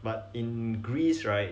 but in greece right